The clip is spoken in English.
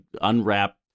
unwrap